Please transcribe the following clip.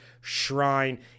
shrine